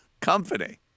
company